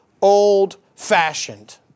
old-fashioned